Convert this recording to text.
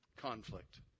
conflict